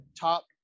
top